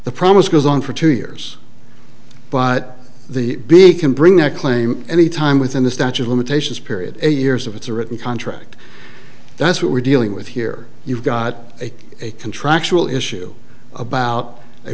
the promise goes on for two years but the big can bring a claim any time within the statute limitations period eight years of it's a written contract that's what we're dealing with here you've got a contractual issue about a